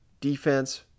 defense